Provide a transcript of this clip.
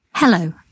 Hello